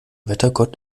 wettergott